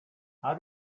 how